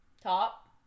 top